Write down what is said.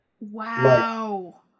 Wow